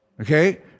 okay